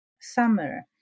summer